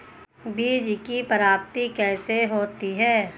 बीज की प्राप्ति कैसे होती है?